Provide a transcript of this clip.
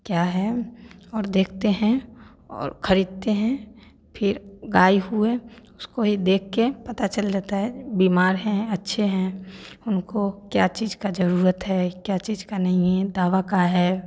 क्या है और देखते हैं और खरीदते हैं फिर गाय हुए उसको भी देख के पता चल जाता है बीमार है अच्छे हैं उनको क्या चीज की जरूरत है क्या चीज का नहीं है दवा का है